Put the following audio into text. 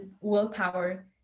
willpower